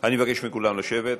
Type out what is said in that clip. אני מבקש מכולם לשבת.